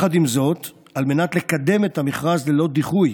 עם זאת, על מנת לקדם את המכרז ללא דיחוי